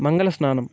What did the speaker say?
మంగళ స్నానం